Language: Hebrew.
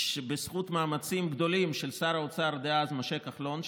בזכות מאמצים גדולים של שר האוצר דאז משה כחלון,